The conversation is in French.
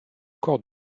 cor